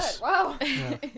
wow